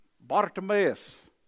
Bartimaeus